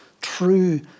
true